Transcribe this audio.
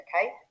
okay